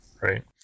right